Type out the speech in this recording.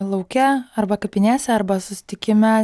lauke arba kapinėse arba susitikime